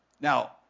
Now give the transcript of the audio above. Now